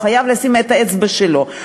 הוא חייב לשים את האצבע שלו,